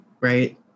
right